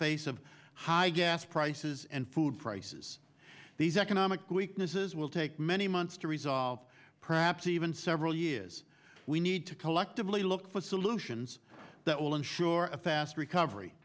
face of high gas prices and food prices these economic weaknesses will take many months to resolve perhaps even several years we need to collectively look for solutions that will ensure a fast recovery